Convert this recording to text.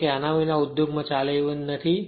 કારણ કે આ વિના ઉદ્યોગમાં કઈ પણ ચાલે તેમ નથી